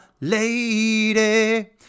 lady